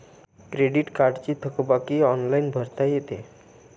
credit कार्डची थकबाकी online भरता येते